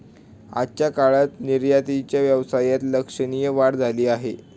आजच्या काळात निर्यातीच्या व्यवसायात लक्षणीय वाढ झाली आहे